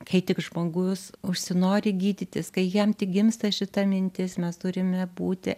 kai tik žmogus užsinori gydytis kai jam tik gimsta šita mintis mes turime būti